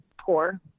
poor